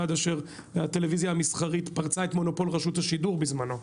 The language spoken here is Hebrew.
ועד שהטלוויזיה המסחרית פרצה את מונופול רשות השידור בזמנו,